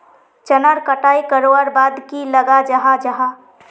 चनार कटाई करवार बाद की लगा जाहा जाहा?